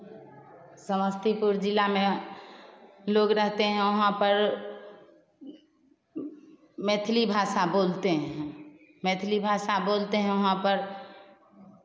समस्तीपुर जिला में लोग रहते हैं वहाँ पर मैथिली भाषा बोलते हैं मैथिली भाषा बोलते हैं वहाँ पर